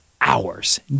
hours